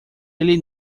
ele